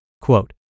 Quote